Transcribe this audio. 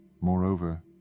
Moreover